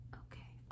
okay